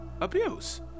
abuse